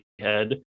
head